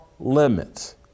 limits